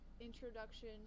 introduction